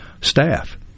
staff